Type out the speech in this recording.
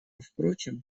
впрочем